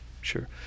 sure